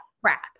Crap